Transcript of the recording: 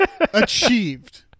achieved